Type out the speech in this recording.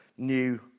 New